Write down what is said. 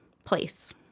place